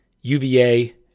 UVA